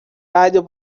radio